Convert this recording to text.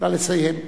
נא לסיים.